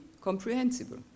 comprehensible